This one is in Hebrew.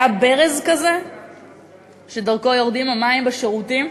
היה ברז כזה שדרכו יורדים המים בשירותים.